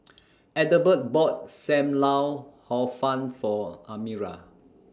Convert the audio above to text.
Ethelbert bought SAM Lau Hor Fun For Amira